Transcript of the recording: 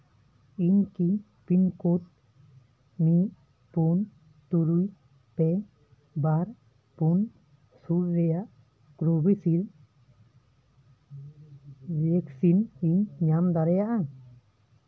ᱤᱧ ᱠᱤ ᱯᱤᱱᱠᱳᱰ ᱢᱤᱫ ᱯᱩᱩ ᱛᱩᱨᱩᱭ ᱯᱮ ᱵᱟᱨ ᱯᱩᱱ ᱥᱩᱱ ᱨᱮᱭᱟᱜ ᱠᱳᱵᱷᱤᱥᱤᱞᱰ ᱵᱷᱮᱠᱥᱤᱱ ᱠᱤᱧ ᱧᱟᱢ ᱫᱟᱲᱮᱭᱟᱜᱼᱟ